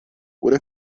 oder